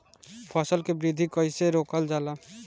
फसल के वृद्धि कइसे रोकल जाला?